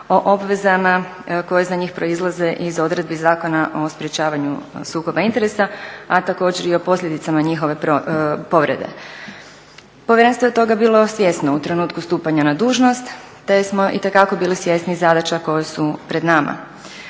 o obvezama koje za njih proizlaze iz odredbi Zakona o sprječavanju sukoba interesa a također i o posljedicama njihove povrede. Povjerenstvo je toga bilo svjesno u trenutku stupanja na dužnost te smo itekako bili svjesni zadaća koje su pred nama.